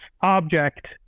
object